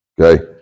okay